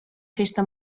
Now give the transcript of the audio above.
festa